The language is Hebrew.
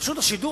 רשות השידור,